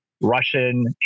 Russian